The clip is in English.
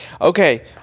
Okay